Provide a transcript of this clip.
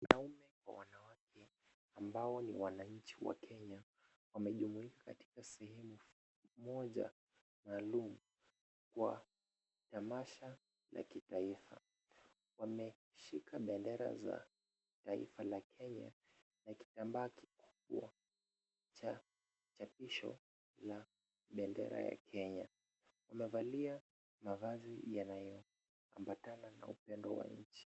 Wanaume kwa wanawake ambao ni wananchi wa Kenya, wamejumuika katika sehemu moja maalum kwa tamasha la kitaifa. Wameshika bendera za taifa la Kenya na kitambaa kikubwa cha chapisho la bendera ya Kenya. Wamevalia mavazi yanayoambatana na upendo wa nchi.